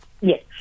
Yes